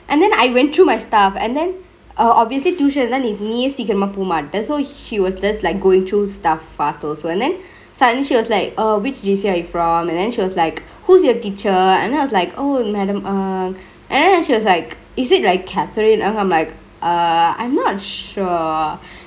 and then I went through my stuff and then err obviously tuition னா நீயே சீக்கிரமா போ மாட்ட:naa neeye siikirema po maate so she was like goingk through stuff fast also and then suddenly she was like err which J_C are you from and then she was like who's your teacher and then I was like oh madame ngk and then she was like is it like catherine then I'm like err I'm not sure